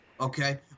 Okay